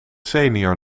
senior